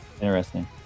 Interesting